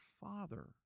father